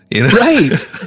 right